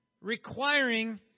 requiring